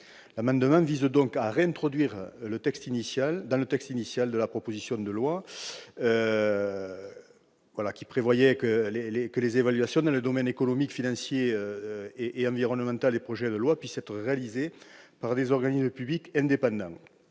L'amendement vise donc à réintroduire le texte initial de la proposition de loi, qui prévoyait que les évaluations des conséquences économiques, sociales, financières et environnementales des projets de loi puissent être réalisées par des organismes publics indépendants.